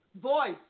Voice